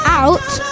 out